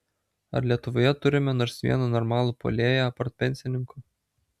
ar lietuvoje turime nors vieną normalų puolėją apart pensininkų